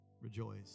rejoice